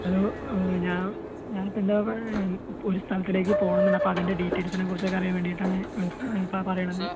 hello ഞാൻ ഞാൻ ഇപ്പോൾ ഇപ്പോൾ ഒരു സ്ഥലത്തിലേയ്ക്ക് പോകണം എന്ന് ഉണ്ട് അപ്പോൾ അതിൻ്റെ ഡീറ്റേൽസിനെക്കുറിച്ച് ഒക്കെ അറിയാൻ വേണ്ടിയിട്ടാണ് ഇപ്പോൾ പറയണത്